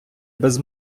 без